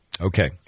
Okay